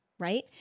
Right